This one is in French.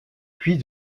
puis